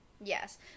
yes